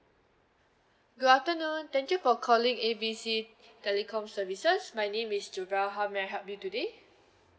good afternoon thank you for calling A B C telecom services my name is juga how may I help you today